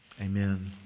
Amen